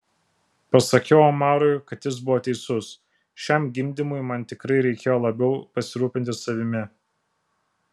pasakiau omarui kad jis buvo teisus šiam gimdymui man tikrai reikėjo labiau pasirūpinti savimi